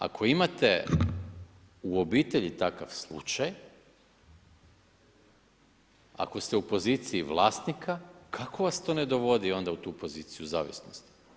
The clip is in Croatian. Ako imate u obitelji takav slučaj, ako ste u poziciji vlasnika kako vas to ne dovodi u tu poziciju zavisnosti?